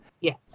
Yes